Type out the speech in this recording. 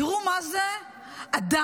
תראו מה זה אדם